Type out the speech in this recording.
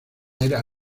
era